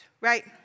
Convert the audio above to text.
right